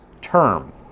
term